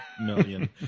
million